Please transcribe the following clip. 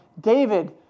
David